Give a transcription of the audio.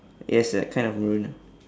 yes like kind of maroon ah